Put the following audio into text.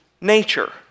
nature